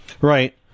Right